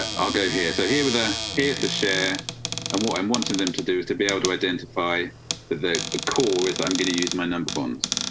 ah i'll go here, so here with the. here's the share and what i wanted them to do is to be able to identify the the ah core is that i'm going to use my number bonds.